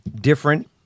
Different